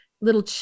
little